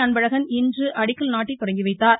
அன்பழகன் இன்று அடிக்கல் நாட்டி தொடங்கிவைத்தார்